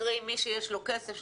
קרי מי שיש לו כסף,